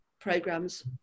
programs